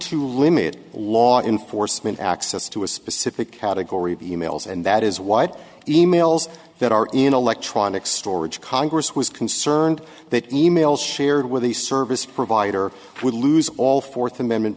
to limit law enforcement access to a specific category of e mails and that is what e mails that are in electronic storage congress was concerned that e mail shared with a service provider would lose all fourth amendment